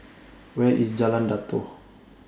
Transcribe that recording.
Where IS Jalan Datoh